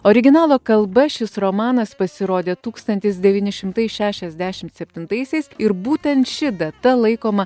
originalo kalba šis romanas pasirodė tūkstantis devyni šimtai šešiasdešimt septintaisiais ir būtent ši data laikoma